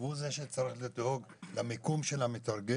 והוא זה שצריך לדאוג למיקום של המתרגם,